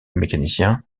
mécanicien